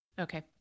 Okay